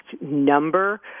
number